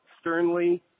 sternly